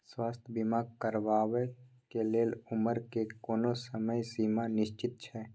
स्वास्थ्य बीमा करेवाक के लेल उमर के कोनो समय सीमा निश्चित छै?